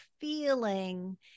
feeling